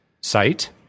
site